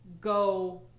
go